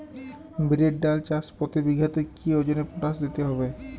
বিরির ডাল চাষ প্রতি বিঘাতে কি ওজনে পটাশ দিতে হবে?